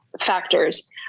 factors